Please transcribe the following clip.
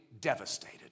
devastated